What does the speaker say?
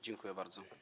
Dziękuję bardzo.